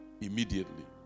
immediately